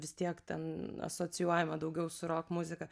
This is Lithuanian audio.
vis tiek ten asocijuojama daugiau su rok muzika